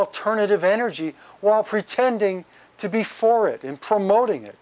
alternative energy while pretending to be for it in promoting it